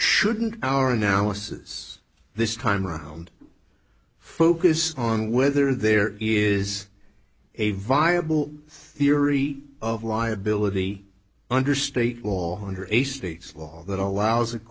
shouldn't our analysis this time around focus on whether there is a viable theory of liability under state law under a state's law that allows